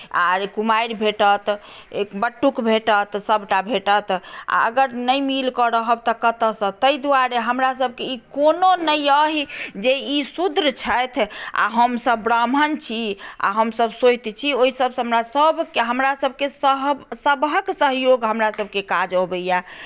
आर कुमारि भेटत बटुक भेटत सभटा भेटत आ अगर नहि मिलि कऽ रहब तऽ कतयसँ ताहि द्वारे हमरासभकेँ ई कोनो नहि अइ जे ई सूद्र छथि आ हमसभ ब्राम्हण छी आ हमसभ सोति छी ओहिसभसँ हमरासभकेँ सभक सहयोग हमरासभकेँ काज अबैए